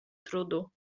trudu